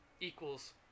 equals